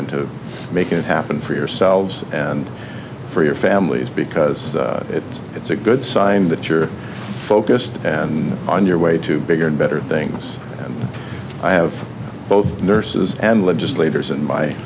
in to make it happen for yourselves and for your families because it's a good sign that you're focused and on your way to bigger and better things and i have both nurses and legislators in my